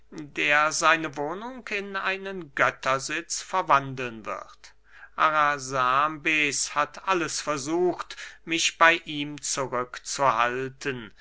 der seine wohnung in einen göttersitz verwandeln wird arasambes hat alles versucht mich bey ihm zurückzuhalten